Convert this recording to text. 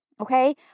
Okay